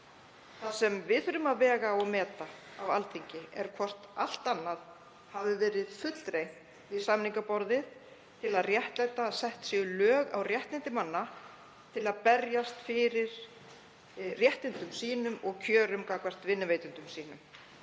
Það sem við þurfum að vega og meta á Alþingi er hvort allt annað hafi verið fullreynt við samningaborðið til að réttlæta að sett séu lög á réttindi manna til að berjast fyrir réttindum sínum og kjörum gagnvart vinnuveitendum sínum.